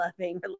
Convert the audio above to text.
loving